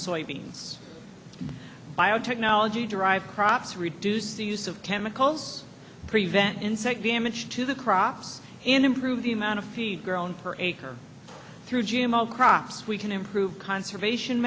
soybeans biotechnology derived crops reduce the use of chemicals prevent insect damage to the crops and improve the amount of feed grown per acre through crops we can improve conservation